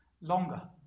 longer